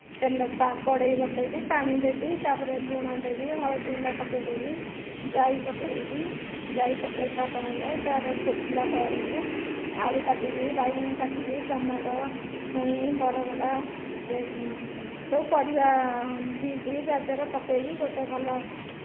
ତେଲ ପା କଡ଼େଇ ବସେଇବି ପାଣି ଦେବି ତାପରେ ଲୁଣ ଦେବି ହଳଦୀ ଗୁଣ୍ଡ ପକେଇଦେବି ଜାଇ ପକେଇବି ଜାଇ ପକେଇ ସାରିଲାପରେ ତାପରେ ଫୁଟିଲା ପରେ ଆଳୁ କାଟିବି ବାଇଗଣ କାଟିବି ଟାମାଟୋ ଛୁଇଁ ସେ ବରଗଡ଼ା ସେ ସବୁ ପରିବା ବିଟ ଗାଜର ପକେଇକି ଗୋଟିଏ ଭଲ